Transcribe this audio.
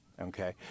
okay